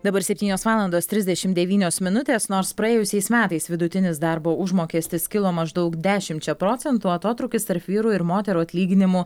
dabar septynios valandos trisdešim devynios minutės nors praėjusiais metais vidutinis darbo užmokestis kilo maždaug dešimčia procentų atotrūkis tarp vyrų ir moterų atlyginimų